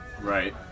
Right